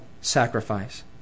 sacrifice